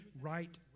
right